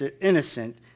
innocent